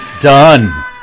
Done